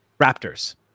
Raptors